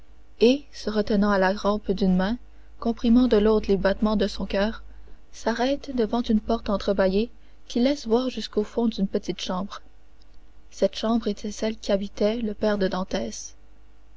et se retenant à la rampe d'une main comprimant de l'autre les battements de son coeur s'arrête devant une porte entre baillée qui laisse voir jusqu'au fond d'une petite chambre cette chambre était celle qu'habitait le père de dantès